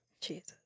Jesus